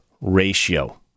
ratio